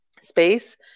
space